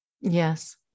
Yes